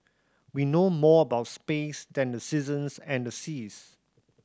we know more about space than the seasons and the seas